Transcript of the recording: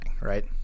Right